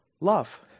love